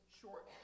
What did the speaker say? short